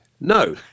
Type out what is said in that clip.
No